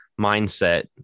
mindset